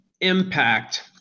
impact